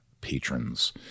patrons